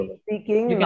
speaking